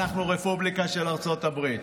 אנחנו רפובליקה של ארצות הברית.